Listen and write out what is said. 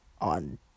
on